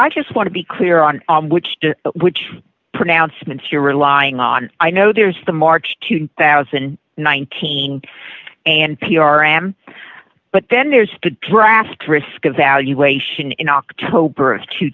i just want to be clear on which to which pronouncements you're relying on i know there's the march two thousand and nineteen and p r m but then there's to draft risk evaluation in october of two